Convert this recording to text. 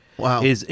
Wow